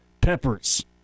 Peppers